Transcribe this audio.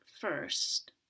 first